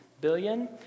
billion